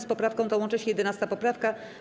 Z poprawką tą łączy się 11. poprawka.